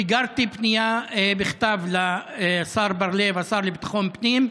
שיגרתי פנייה בכתב לשר בר לב, השר לביטחון פנים,